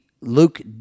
Luke